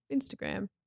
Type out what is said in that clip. Instagram